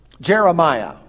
Jeremiah